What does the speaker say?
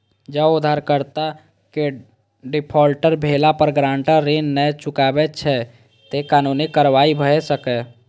जौं उधारकर्ता के डिफॉल्टर भेला पर गारंटर ऋण नै चुकबै छै, ते कानूनी कार्रवाई भए सकैए